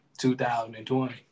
2020